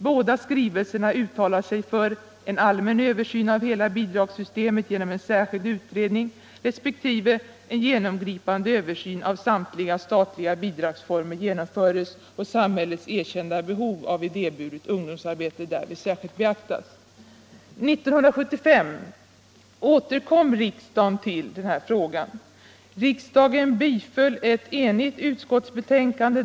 Båda skrivelserna uttalar sig för "en allmän översyn av hela bidragssystemet genom en särskild utredning” respektive "en genomgripande översyn av samtliga statliga bidragsformer genomföres och samhällets erkända behov av idéburet ungdomsarbete därvid särskilt beaktas”.” domsorganisatio 1975 återkom riksdagen till den här frågan. Riksdagen biföll ett enigt utskottsbetänkande.